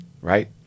right